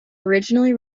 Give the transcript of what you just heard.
originally